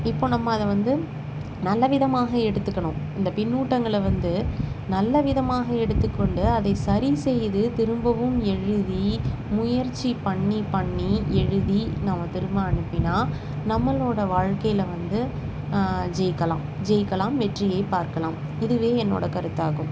இப்போ நம்ம அதை வந்து நல்ல விதமாக எடுத்துக்கணும் இந்த பின்னூட்டங்களை வந்து நல்ல விதமாக எடுத்துக்கொண்டு அதை சரி செய்து திரும்பவும் எழுதி முயற்சி பண்ணி பண்ணி எழுதி நம்ம திரும்ப அனுப்பினால் நம்மளோட வாழ்க்கையில வந்து ஜெயிக்கலாம் ஜெயிக்கலாம் வெற்றியை பார்க்கலாம் இதுவே என்னோடய கருத்தாகும்